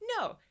No